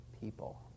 people